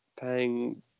paying